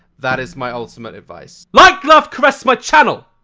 that is my ultimate advice. like, love, caress my channel,